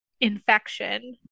infection